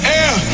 air